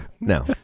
No